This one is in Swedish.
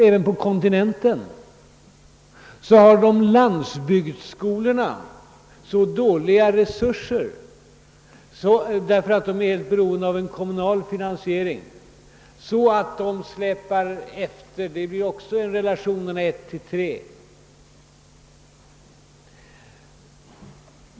Även på kontinenten har landsbygdsskolorna så dåliga resurser, därför att de är beroende av kommunal finansiering, att de släpar efter — där gäller relationen 1:23.